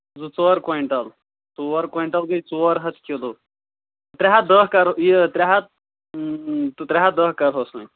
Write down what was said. زٕ ژور کویِنٹَل ژور کویِنٹَل گٔے ژور ہَتھ کِلوٗ ترٛےٚ ہَتھ دَہ کَرو یہِ ترٛےٚ ہَتھ تہٕ ترٛےٚ ہَتھ دَہ کَرہوس وۄنۍ